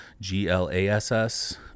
G-L-A-S-S